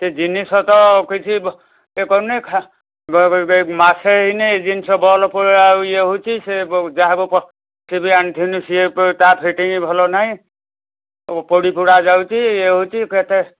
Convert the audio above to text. ସେ ଜିନିଷ ତ କିଛି ଇଏ କରୁନି ମାସେ ହେଇନି ଜିନିଷ ବଲ୍ ପୁରା ଇଏ ହେଉଛି ସିଏ ଯାହାକୁ ସିଏ ବି ଅଣିଥିନୁ ସିଏ ତା ଫିଟିଙ୍ଗ୍ ଭଲ ନାଇଁ ସବୁ ପୋଡ଼ିପୋଡ଼ା ଯାଉଛି ଇଏ ହେଉଛି କେତେ